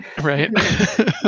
Right